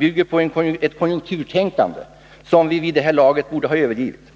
bygger på ett konjunkturtänkande som vi vid det här laget borde ha övergivit.